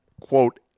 quote